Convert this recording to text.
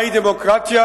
מהי דמוקרטיה,